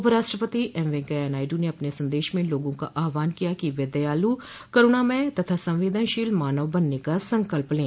उपराष्ट्रपति एम वेंकैया नायडू ने अपने संदेश में लोगों का आह्वान किया कि वे दयालू करुणामय तथा संवदेनशील मानव बनने का संकल्प लें